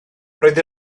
roedd